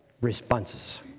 responses